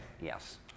yes